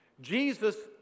Jesus